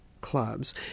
clubs